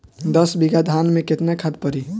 दस बिघा धान मे केतना खाद परी?